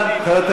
שלכם.